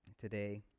today